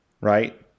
right